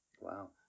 wow